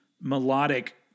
melodic